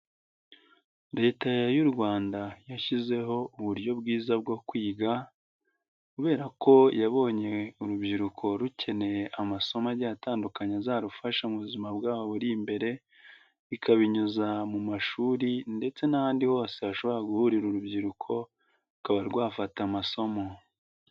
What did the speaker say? Leta ya y'u rwanda yashyizeho uburyo bwiza bwo kwiga kubera ko yabonye urubyiruko rukeneye amasomo agiye atandukanye azarufasha mu buzima bwabo buri imbere, ikabinyuza mu mashuri ndetse n'ahandi hose hashobora guhurira urubyiruko, rukaba rwafata amasomo.